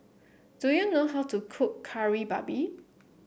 do you know how to cook Kari Babi